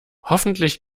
hoffentlich